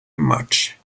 much